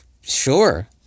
sure